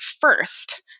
first